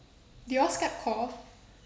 do you all skype call